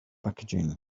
packaging